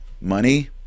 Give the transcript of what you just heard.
Money